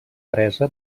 teresa